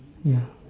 ya